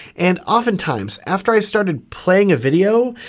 and oftentimes after i started playing a video,